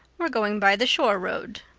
we're going by the shore road.